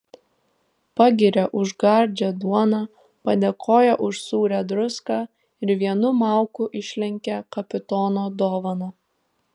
pagiria už gardžią duoną padėkoja už sūrią druską ir vienu mauku išlenkia kapitono dovaną